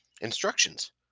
Instructions